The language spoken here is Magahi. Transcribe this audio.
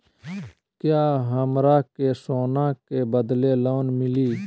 का हमरा के सोना के बदले लोन मिलि?